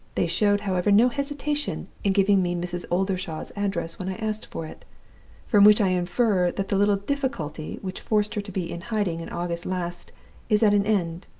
they showed, however, no hesitation in giving me mrs. oldershaw's address when i asked for it from which i infer that the little difficulty which forced her to be in hiding in august last is at an end,